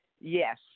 yes